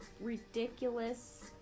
ridiculous